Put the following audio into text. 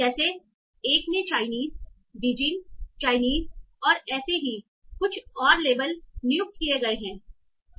जैसे 1 में Chinese Beijing Chinese और ऐसे ही कुछ और लेबल नियुक्त किए गए हैं